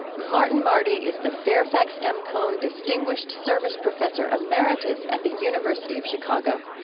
martin marty is the fairfax m. cone distinguished service professor emeritus at the university of chicago.